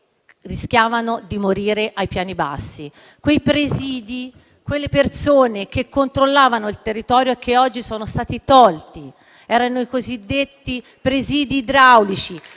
rischiavano di morire ai piani bassi. Mi riferisco ai presidi, quelle persone che controllavano il territorio e che oggi sono stati tolti: i cosiddetti presidi idraulici,